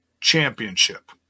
Championship